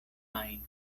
ajn